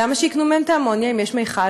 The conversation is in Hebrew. למה שיקנו מהם את האמוניה אם יש מכל?